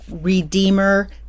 Redeemer